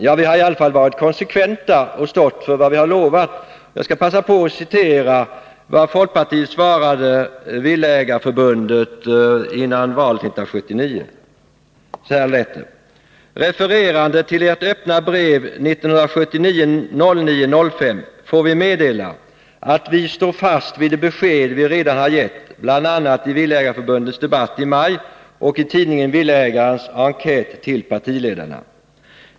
Ja, vi har i varje fall varit konsekventa och stått för vad vi lovat. Jag skall passa på att citera vad folkpartiet svarade Sveriges villaägareförbund inför valet 1979: ”Referande till Ert öppna brev 1979-09-05 får vi meddela att vi står fast vid det besked vi redan har gett, bl.a. i Villaägarförbundets debatt i maj och i tidningen Villaägarens enkät till partiledarna.